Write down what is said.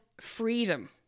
freedom